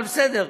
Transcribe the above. אבל בסדר.